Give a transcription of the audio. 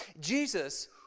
Jesus